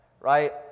right